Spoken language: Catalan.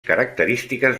característiques